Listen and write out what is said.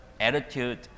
attitude